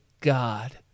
God